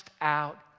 out